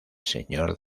señor